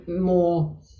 more